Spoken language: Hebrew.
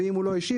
ואם הוא לא השיב,